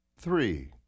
Three